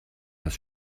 das